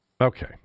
Okay